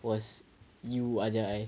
was you ajar I